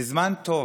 זה זמן טוב,